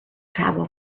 travel